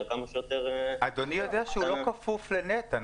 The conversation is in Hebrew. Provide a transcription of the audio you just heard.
כמה שיותר -- אדוני יודע שהוא לא כפוף לנת"ע,